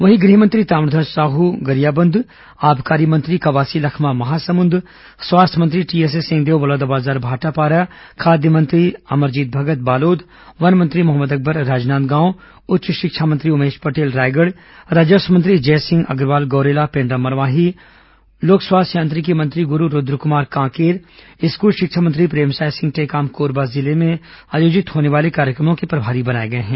वहीं गृहमंत्री ताम्रध्वज साह गरियाबंद आबकारी मंत्री कवासी लखमा महासमुंद स्वास्थ्य मंत्री टीएस सिंहदेव बलौदाबाजार भाटापारा खाद्य मंत्री अमरजीत भगत बालोद वन मंत्री मोहम्मद अकबर राजनांदगांव उच्च शिक्षा मंत्री उमेश पटेल रायगढ़ राजस्व मंत्री जयसिंह अग्रवाल गौरेला पेंड्रा मरवाही लोक स्वास्थ्य यांत्रिकी मंत्री गुरू रूद्रकुमार कांकेर स्कूल शिक्षा मंत्री प्रेमसाय सिंह टेकाम कोरबा जिले में आयोजित होने वाले कार्यक्रमों के प्रभारी बनाए गए हैं